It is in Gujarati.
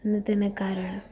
ને તેને કારણે